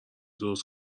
درست